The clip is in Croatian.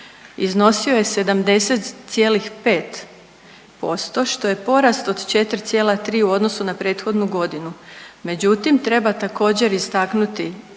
iznosio je 70,5% što je porast od 4,3 u odnosu na prethodnu godinu, međutim treba također istaknuti